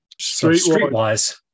streetwise